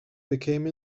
became